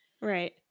Right